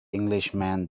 englishman